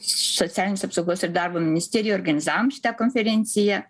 socialinės apsaugos ir darbo ministerija organizavom konferenciją